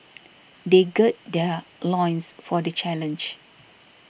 they gird their loins for the challenge